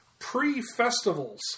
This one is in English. pre-festivals